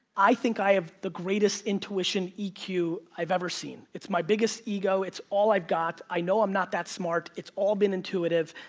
i think i have the greatest intuition, eq, i've ever seen. it's my biggest ego, it's all i've got. i know i'm not that smart. it's all been intuitive,